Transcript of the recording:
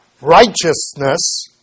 righteousness